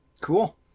cool